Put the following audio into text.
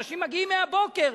אנשים מגיעים מהבוקר,